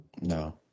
No